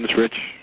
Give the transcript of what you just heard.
rich.